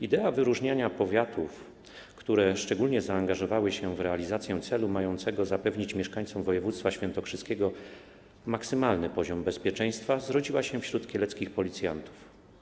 Idea wyróżniania powiatów, które szczególnie zaangażowały się w realizację celu mającego zapewnić mieszkańcom województwa świętokrzyskiego maksymalny poziom bezpieczeństwa, zrodziła się wśród kieleckich policjantów.